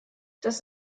das